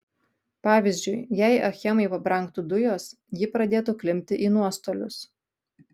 pavyzdžiui jei achemai pabrangtų dujos ji pradėtų klimpti į nuostolius